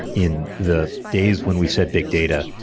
in the days when we said big data,